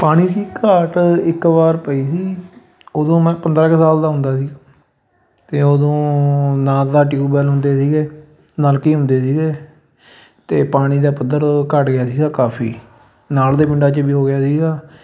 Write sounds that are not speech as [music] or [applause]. ਪਾਣੀ [unintelligible] ਘਾਟ ਇੱਕ ਵਾਰ ਪਈ ਸੀ ਉਦੋਂ ਮੈਂ ਪੰਦਰਾਂ ਕੁ ਸਾਲ ਦਾ ਹੁੰਦਾ ਸੀ ਅਤੇ ਉਦੋਂ ਨਾ ਤਾਂ ਟਿਊਵੈੱਲ ਹੁੰਦੇ ਸੀਗੇ ਨਲਕੇ ਹੀ ਹੁੰਦੇ ਸੀਗੇ ਅਤੇ ਪਾਣੀ ਦਾ ਪੱਧਰ ਘੱਟ ਗਿਆ ਸੀਗਾ ਕਾਫੀ ਨਾਲ ਦੇ ਪਿੰਡਾਂ 'ਚ ਵੀ ਹੋ ਗਿਆ ਸੀਗਾ